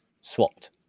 swapped